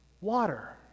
water